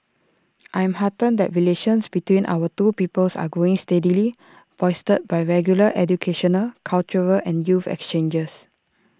I am heartened that relations between our two peoples are growing steadily bolstered by regular educational cultural and youth exchanges